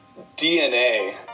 DNA